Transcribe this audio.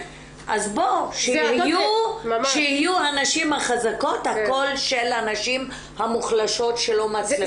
אז שיהיו הנשים החזקות הקול של הנשים המוחלשות שלא מצליחות.